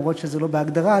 למרות שזה לא בהגדרה,